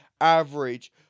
average